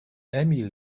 emil